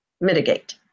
mitigate